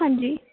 ਹਾਂਜੀ